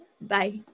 Bye